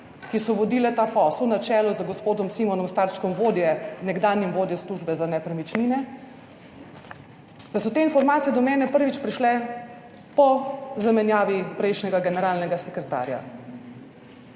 ki so vodile ta posel, na čelu z gospodom Simonom Starčkom, nekdanjim vodjo službe za nepremičnine, da so te informacije do mene prvič prišle po zamenjavi prejšnjega generalnega sekretarja,